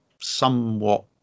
somewhat